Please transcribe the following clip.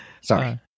Sorry